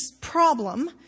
problem